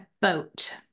boat